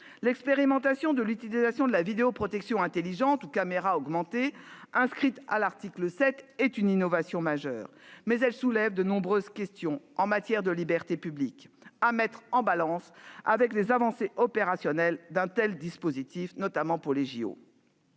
L'expérimentation de l'utilisation de la vidéoprotection « intelligente » ou « augmentée », inscrite à l'article 7, est une innovation majeure, mais elle soulève de nombreuses interrogations en matière de libertés publiques, qu'il convient de mettre en balance avec les avancées opérationnelles permises par un tel dispositif, notamment pour les Jeux.